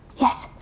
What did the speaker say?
Yes